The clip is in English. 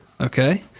Okay